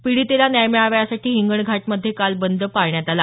पीडितेला न्याय मिळावा यासाठी हिंगणघाटमधे काल बंद पाळण्यात आला